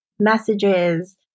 Messages